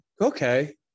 Okay